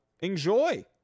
enjoy